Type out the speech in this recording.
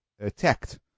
attacked